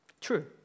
True